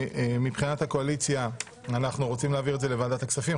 מבחינת הקואליציה אנחנו רוצים להעביר את זה לוועדת הכספים.